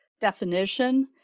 definition